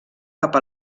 cap